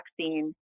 vaccine